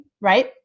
Right